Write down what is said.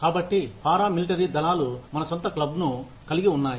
కాబట్టి పారామిలిటరీ దళాలు మన సొంత క్లబ్ను కలిగి ఉన్నాయి